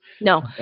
no